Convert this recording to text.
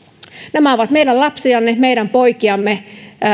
nämä ovat meidän lapsiamme meidän poikiamme